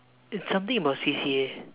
it's something about C_C_A